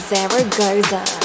Zaragoza